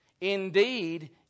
Indeed